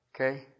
Okay